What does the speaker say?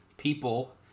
people